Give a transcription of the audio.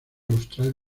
austral